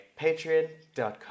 patreon.com